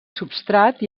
substrat